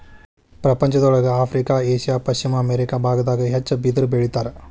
ಪ್ರಪಂಚದೊಳಗ Africa Asia ಪಶ್ಚಿಮ America ಬಾಗದಾಗ ಹೆಚ್ಚ ಬಿದಿರ ಬೆಳಿತಾರ